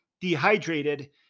dehydrated